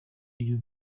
iyo